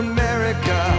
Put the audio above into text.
America